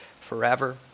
forever